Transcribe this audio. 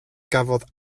gafodd